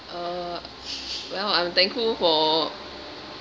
uh well I'm thankful for